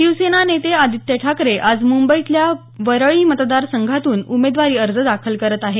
शिवसेना नेते आदित्य ठाकरे आज मुंबईतल्या वरळी मतदार संघातून उमेदवारी अर्ज दाखल करत आहेत